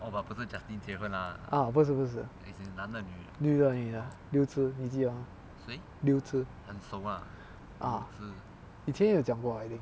ah 不是不是女的女的 liu zi 你记得吗 liu zi ah 以前也有讲过 I think